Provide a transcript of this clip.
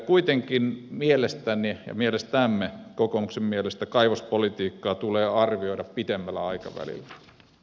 kuitenkin mielestäni ja mielestämme kokoomuksen mielestä kaivospolitiikkaa tulee arvioida pitemmällä aikavälillä